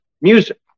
music